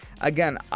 again